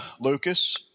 Lucas